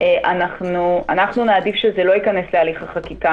אנחנו נעדיף שזה לא ייכנס להליך החקיקה.